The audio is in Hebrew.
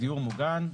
דיור מוגן,